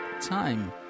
time